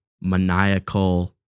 maniacal